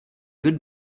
good